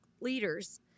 leaders